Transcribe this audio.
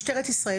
משטרת ישראל,